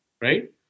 right